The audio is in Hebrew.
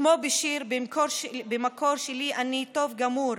כמו בשיר, 'במקור שלי אני טוב גמור,